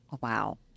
wow